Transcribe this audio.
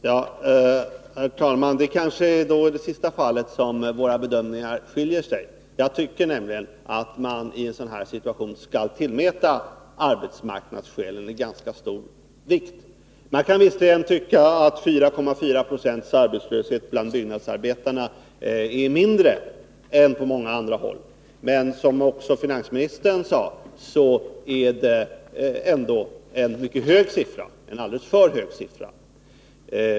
Herr talman! När det gäller det sistnämnda skiljer sig våra bedömningar. Jag tycker nämligen att man i en sådan här situation skall tillmäta arbetsmarknadsskäl ganska stor vikt. Arbetslösheten bland byggnadsarbetarna i Södertälje kan sägas vara mindre än på många andra håll — 4,4 90. Men det är, som också finansministern sade, en alldeles för hög siffra.